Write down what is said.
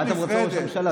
אז מה אתה רוצה מראש הממשלה,